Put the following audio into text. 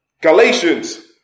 Galatians